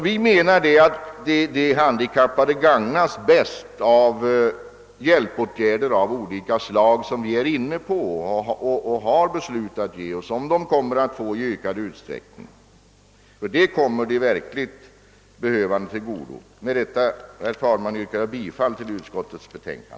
Vi menar alltså att de handikappade bäst gagnas av hjälpåtgärder av olika slag som vi redan har beslutat att ge och som de kommer att få i ökad utsträckning. Sådana kommer de verkligt behövande till godo. Med dessa ord, herr talman, ber jag att få yrka bifall till utskottets hemställan.